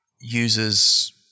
uses